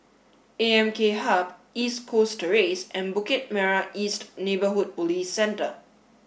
A M K Hub East Coast Terrace and Bukit Merah East Neighbourhood Police Centre